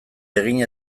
egin